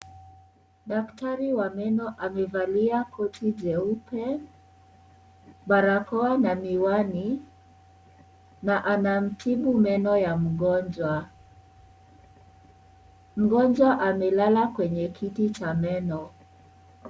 Daktari wa meno amevalia koti jeupe, barakoa na miwani na anamtibu meno ya mgonjwa. Mgonjwa aelalal kwenye kiti cha meno.